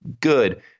good